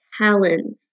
talents